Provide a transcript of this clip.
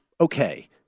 Okay